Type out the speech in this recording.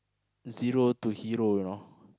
zero to hero you know